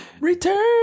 Return